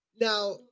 now